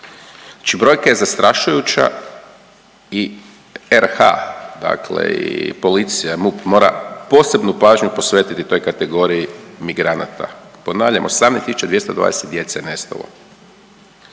brojka je zastrašujuća i RH, dakle i policija, MUP mora posebnu pažnju posvetiti toj kategoriji migranata. Ponavljam, 18 220 djece je nestalo.